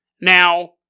Now